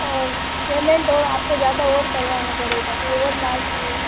और पेमेन्ट और आपको ज़्यादा और करवाना पडे़गा अभी और माल चाहिए